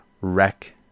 wreck